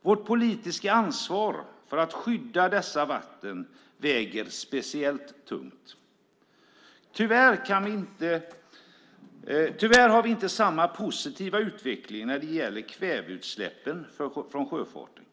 Vårt politiska ansvar för att skydda dessa vatten väger speciellt tungt. Tyvärr har vi inte samma positiva utveckling när det gäller kväveutsläppen från sjöfarten.